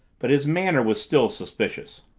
but his manner was still suspicious.